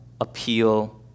appeal